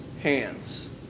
hands